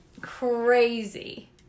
Crazy